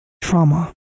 trauma